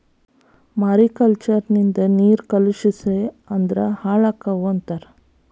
mariculture ನಿಂದ ನೇರು ಕಲುಷಿಸ ಅಂದ್ರ ಹಾಳಕ್ಕಾವ ಅಂತಾರ